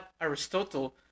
Aristotle